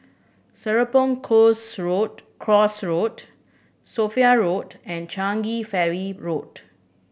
Serapong Course Road Course Road Sophia Road and Changi Ferry Road